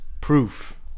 proof